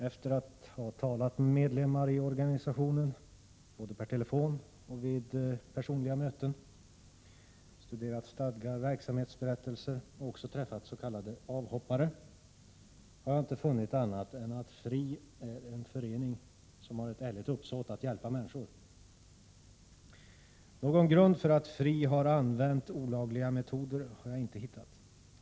Efter att ha talat med medlemmar i organisationen både per telefon och vid personliga möten, efter att ha studerat stadgar och verksamhetsberättelser och efter att också ha träffat s.k. avhoppare har jag inte funnit annat än att FRI är en förening som har ett ärligt uppsåt att hjälpa människor. Någon grund för att FRI har använt olagliga metoder har jag inte hittat.